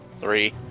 Three